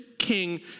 king